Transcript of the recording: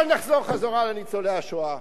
אבל נחזור לניצולי השואה.